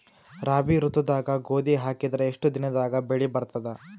ರಾಬಿ ಋತುದಾಗ ಗೋಧಿ ಹಾಕಿದರ ಎಷ್ಟ ದಿನದಾಗ ಬೆಳಿ ಬರತದ?